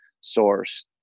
source